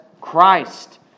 Christ